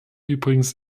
übrigens